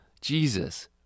Jesus